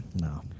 No